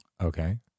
Okay